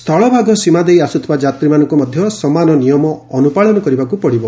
ସ୍ଥଳଭାଗ ସୀମା ଦେଇ ଆସୁଥିବା ଯାତ୍ରୀମାନଙ୍କୁ ମଧ୍ୟ ସମାନ ନିୟମ ଅନୁପାଳନ କରିବାକୁ ପଡ଼ିବ